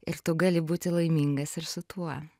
ir tu gali būti laimingas ir su tuo